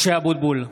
(קורא בשמות חברי הכנסת) משה אבוטבול,